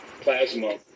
plasma